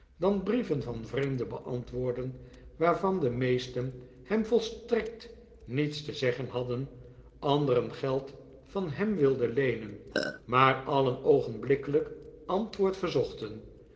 dan brieven van vreemden beantwoorden waarvan de meesten hem volstrekt niets te zeggen hadden anderen geld van hem wilden leenen maar alien oogenblikkelijk antwoord verzochten